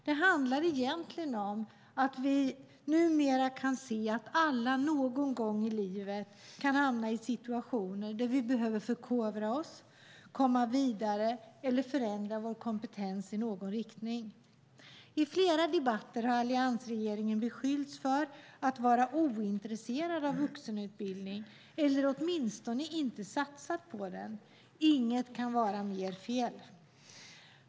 Det handlar egentligen om att vi numera kan se att alla någon gång i livet kan hamna i situationer där vi behöver förkovra oss, komma vidare eller förändra vår kompetens i någon riktning. I flera debatter har alliansregeringen beskyllts för att vara ointresserad av vuxenutbildning eller åtminstone inte satsa på den. Inget kan vara mer fel.